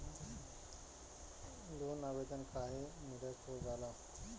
Loan आवेदन काहे नीरस्त हो जाला?